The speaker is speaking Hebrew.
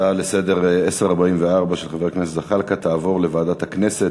הצעה לסדר-היום מס' 1044 של חבר הכנסת זחאלקה תעבור לוועדת הכנסת